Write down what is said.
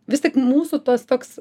vis tik mūsų tas toks